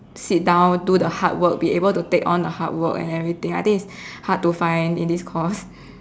sit down do the hard work be able to take on the hard work and everything I think is hard to find in this course